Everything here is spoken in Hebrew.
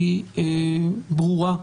היא ברורה.